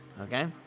Okay